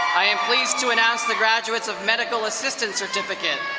i am pleased to announce the graduates of medical assistance certificate.